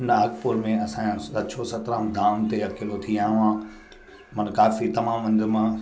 नागपुर में असांजा सचो सतराम धाम ते अकेलो थी आहियो आहियां माना काफ़ी तमामु हंधि मां